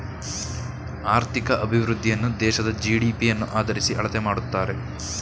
ಆರ್ಥಿಕ ಅಭಿವೃದ್ಧಿಯನ್ನು ದೇಶದ ಜಿ.ಡಿ.ಪಿ ಯನ್ನು ಆದರಿಸಿ ಅಳತೆ ಮಾಡುತ್ತಾರೆ